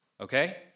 okay